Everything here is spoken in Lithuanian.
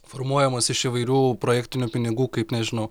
formuojamos iš įvairių projektinių pinigų kaip nežinau